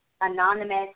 anonymous